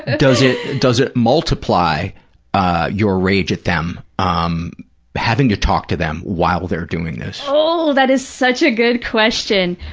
does it does it multiply ah your rage at them, um having to talk to them while they're doing this? oh, that is such a good question.